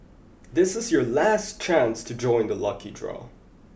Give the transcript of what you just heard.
this is your last chance to join the lucky draw